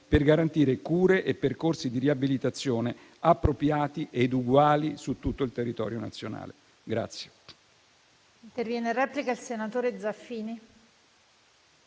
per garantire cure e percorsi di riabilitazione appropriati ed uguali su tutto il territorio nazionale.